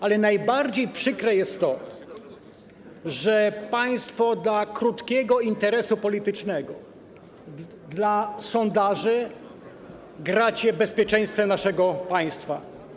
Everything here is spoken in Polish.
Ale najbardziej przykre jest to, że państwo dla krótkoterminowego interesu politycznego, dla sondaży gracie bezpieczeństwem naszego państwa.